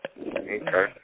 Okay